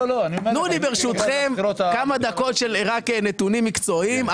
תנו לי ברשותכם כמה דקות רק נתונים מקצועיים,